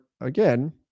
again